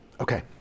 Okay